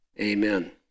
Amen